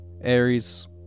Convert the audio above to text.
Aries